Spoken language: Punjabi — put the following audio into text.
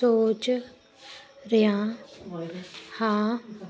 ਸੋਚ ਰਿਹਾ ਹਾਂ